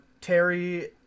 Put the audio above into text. Terry